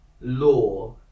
law